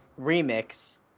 Remix